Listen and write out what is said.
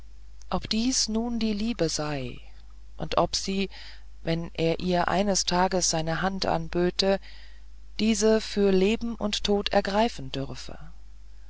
ob dies nun die liebe sei und ob sie wenn er ihr eines tags seine hand anböte diese für leben und tod ergreifen dürfe